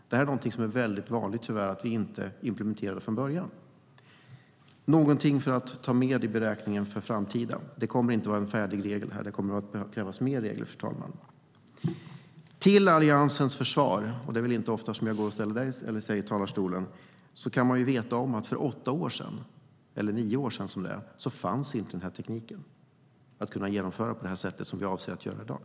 Det är tyvärr väldigt vanligt att vi inte implementerar det från början, och det är någonting att ta med i beräkningen inför framtiden. Det kommer inte att vara en färdig regel här, fru talman, utan det kommer att krävas mer regler.